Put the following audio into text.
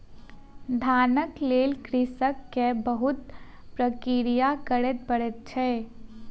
धानक लेल कृषक के बहुत प्रक्रिया करय पड़ै छै